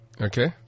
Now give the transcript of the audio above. Okay